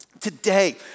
Today